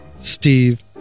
Steve